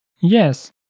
Yes